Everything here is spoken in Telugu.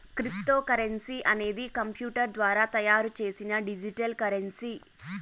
క్రిప్తోకరెన్సీ అనేది కంప్యూటర్ ద్వారా తయారు చేసిన డిజిటల్ కరెన్సీ